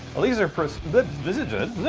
well these are pers. but vizzi